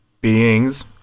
beings